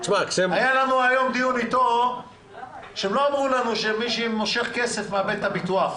היה לנו היום דיון איתו שהם לא אמרו לנו שמי שמושך כסף מאבד את הביטוח.